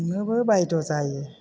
संनोबो बायद' जायो